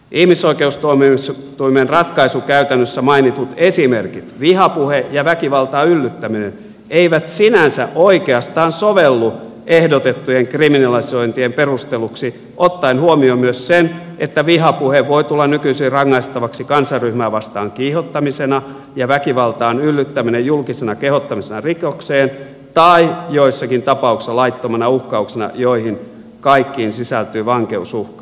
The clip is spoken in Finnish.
ihmisoikeustuomioistuimen ratkaisukäytännössä mainitut esimerkit vihapuhe ja väkivaltaan yllyttäminen eivät sinänsä oikeastaan sovellu ehdotettujen kriminalisointien perusteluksi ottaen huomioon myös sen että vihapuhe voi tulla nykyisin rangaistavaksi kansanryhmää vastaan kiihottamisena ja väkivaltaan yllyttäminen julkisena kehottamisena rikokseen tai joissakin tapauksissa laittomana uhkauksena joihin kaikkiin sisältyy vankeusuhka